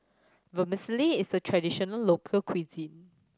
vermicelli is a traditional local cuisine